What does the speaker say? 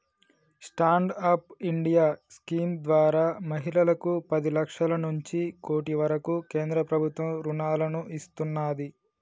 stand up India scheme ద్వారా మహిళలకు పది లక్షల నుంచి కోటి వరకు కేంద్ర ప్రభుత్వం రుణాలను ఇస్తున్నాది